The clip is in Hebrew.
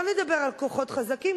לא לדבר על כוחות חזקים,